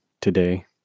today